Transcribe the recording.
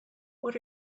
what